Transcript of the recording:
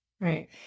Right